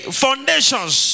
foundations